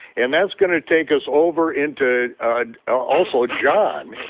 and that's gonna take us over into also john,